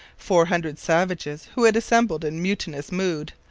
four hundred savages, who had assembled in mutinous mood,